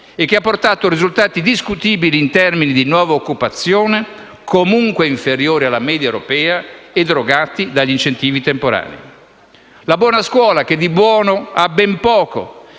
che ha portato risultati discutibili in termine di nuova occupazione, comunque inferiori alla media europea e drogati dagli incentivi temporanei. Poi la buona scuola, che di buono ha ben poco,